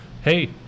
hey